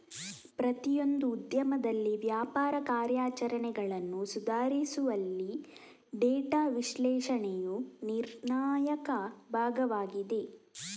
ಪ್ರತಿಯೊಂದು ಉದ್ಯಮದಲ್ಲಿ ವ್ಯಾಪಾರ ಕಾರ್ಯಾಚರಣೆಗಳನ್ನು ಸುಧಾರಿಸುವಲ್ಲಿ ಡೇಟಾ ವಿಶ್ಲೇಷಣೆಯು ನಿರ್ಣಾಯಕ ಭಾಗವಾಗಿದೆ